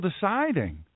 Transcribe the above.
deciding